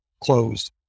closed